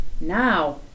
now